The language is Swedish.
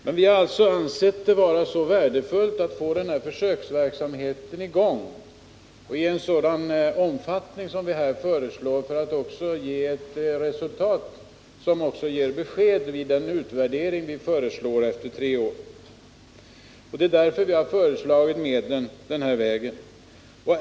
Men vi har ansett det vara värdefullt att få i gång försöksverksamheten i den omfattning vi föreslagit för att resultatet skall kunna ge något besked vid den utvärdering som vi också föreslår skall äga rum efter tre år. Det är därför vi föreslagit att medlen skall tas fram denna väg.